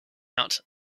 out